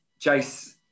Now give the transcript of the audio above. Jace